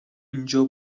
اینجا